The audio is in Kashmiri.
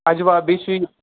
اجوا بیٚیہِ چھِی